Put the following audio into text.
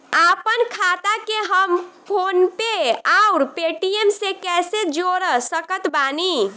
आपनखाता के हम फोनपे आउर पेटीएम से कैसे जोड़ सकत बानी?